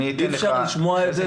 אי אפשר לשמוע את זה.